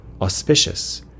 auspicious